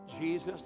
Jesus